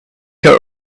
her